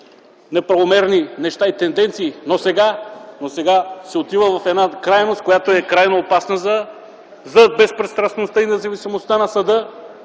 неправомерни неща и тенденции. Но сега се отива в една крайност, крайно опасна за безпристрастността и независимостта на съда.